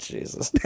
Jesus